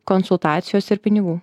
konsultacijos ir pinigų